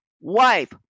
wife